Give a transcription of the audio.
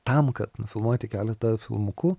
tam kad nufilmuoti keletą filmukų